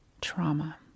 trauma